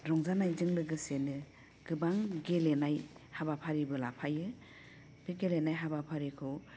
रंजानायजों लोगोसेनो गोबां गेलेनाय हाबाफारिबो लाफायो बे गेलेनाय हाबाफारिखौ